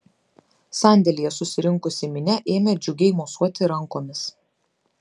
sandėlyje susirinkusi minia ėmė džiugiai mosuoti rankomis